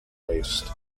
waste